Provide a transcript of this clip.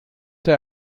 der